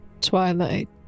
Twilight